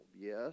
Yes